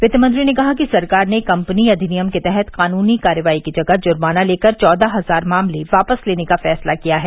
वित्त मंत्री ने कहा कि सरकार ने कपनी अधिनियम के तहत कानूनी कार्रवाई की जगह जुर्माना लेकर चौदह हजार मामले वापस लेने का फैसला किया है